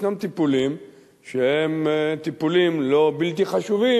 וישנם טיפולים שהם טיפולים לא בלתי חשובים,